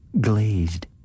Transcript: glazed